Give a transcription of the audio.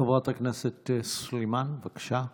חברת הכנסת סלימאן, בבקשה.